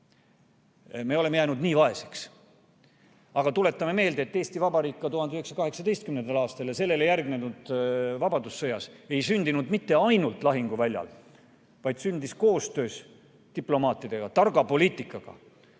Me oleme jäänud nii vaeseks. Aga tuletame meelde, et Eesti Vabariik ka 1918. aastal ja sellele järgnenud vabadussõjas ei sündinud mitte ainult lahinguväljal, vaid sündis ka koostöös diplomaatidega, targa poliitikaga.